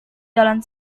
jalan